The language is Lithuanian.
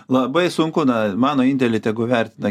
labai sunku na mano indėlį tegu vertina